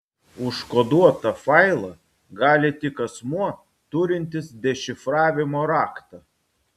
užkoduotą failą gali tik asmuo turintis dešifravimo raktą